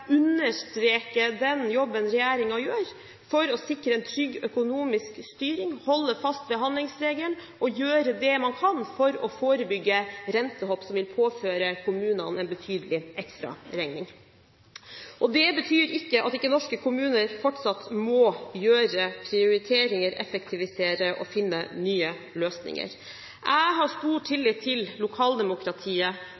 understreke den jobben regjeringen gjør for å sikre en trygg økonomisk styring, holde fast ved handlingsregelen og gjøre det man kan for å forebygge rentehopp, som vil påføre kommunene en betydelig ekstraregning. Det betyr ikke at ikke norske kommuner fortsatt må gjøre prioriteringer, effektivisere og finne nye løsninger. Jeg har stor